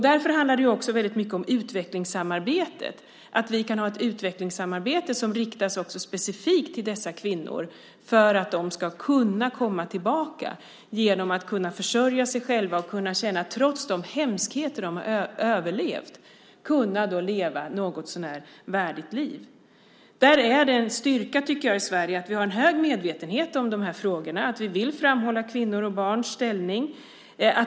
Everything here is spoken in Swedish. Därför handlar det också väldigt mycket om utvecklingssamarbete - att vi kan ha ett utvecklingssamarbete som riktas specifikt till dessa kvinnor för att de ska kunna komma tillbaka genom att kunna försörja sig själva och, trots de hemskheter de har överlevt, kunna leva ett någotsånär värdigt liv. Där är det en styrka i Sverige, tycker jag, att vi har en hög medvetenhet om de här frågorna och att vi vill framhålla kvinnors och barns ställning.